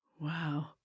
Wow